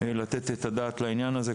לתת את הדעת על הנושא הזה,